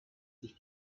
sich